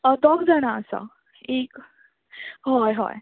दोग जाणां आसा एक हय हय